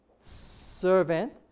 Servant